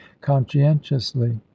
conscientiously